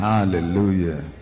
Hallelujah